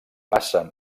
passen